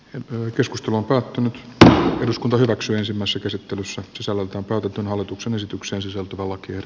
hän toi keskusteluun kaatunut eduskunta hyväksyi asemassa käsittelyssä sisällöltään käytetyn hallituksen esitykseen sisältyvä wagner